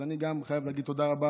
אני חייב להגיד תודה רבה